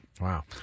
Wow